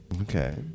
Okay